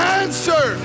answer